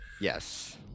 Yes